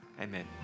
Amen